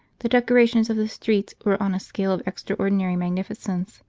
the decorations of the streets were on a scale of extraordinary magnificence,